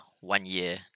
one-year